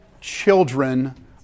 children